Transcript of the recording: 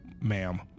ma'am